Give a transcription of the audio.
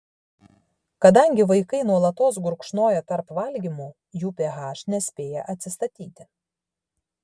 kadangi vaikai nuolatos gurkšnoja tarp valgymų jų ph nespėja atsistatyti